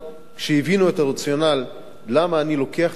כשהבינו את הרציונל למה אני לוקח את הזמן